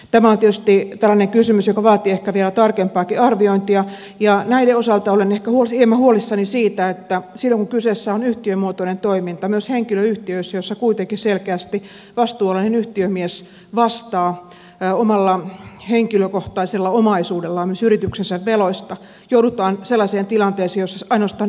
tämä on tietysti tällainen kysymys joka vaatii ehkä vielä tarkempaakin arviointia ja tämän osalta olen ehkä hieman huolissani siitä että silloin kun kyseessä on yhtiömuotoinen toiminta myös henkilöyhtiöissä joissa kuitenkin selkeästi vastuunalainen yhtiömies vastaa omalla henkilökohtaisella omaisuudellaan myös yrityksensä veloista joudutaan sellaiseen tilanteeseen jossa ainoastaan yrityssaneerausmenettely on mahdollista